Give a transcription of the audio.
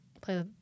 Play